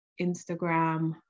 instagram